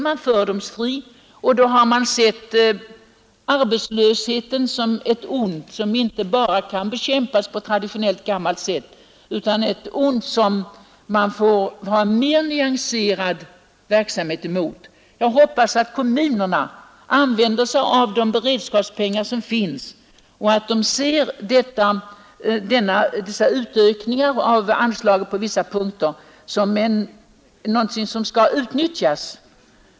Jag hoppas verkligen att kommunerna använder sig av förstärkningarna av beredskapsanslagen.